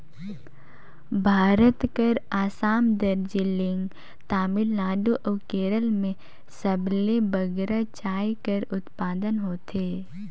भारत कर असम, दार्जिलिंग, तमिलनाडु अउ केरल में सबले बगरा चाय कर उत्पादन होथे